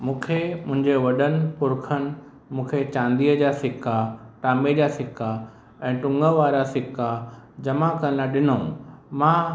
मूंखे मुंहिंजे वॾनि पुरखनि मुखे चांदीअ जा सिक्का तांबे जा सिक्का ऐं टुंग वारा सिक्का जमा करण लाइ ॾिनूं मां